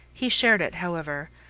he shared it, however,